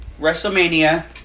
WrestleMania